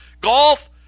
Golf